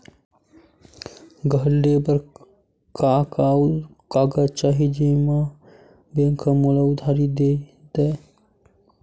घर ले बर का का कागज चाही जेम मा बैंक हा मोला उधारी दे दय?